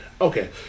okay